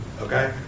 Okay